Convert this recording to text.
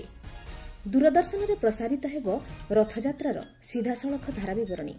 ଦୂରଦର୍ଶନରେ ପ୍ରସାରିତ ହେବ ରଥଯାତ୍ରାର ସିଧାସଳଖ ଧାରା ବିବରଣୀ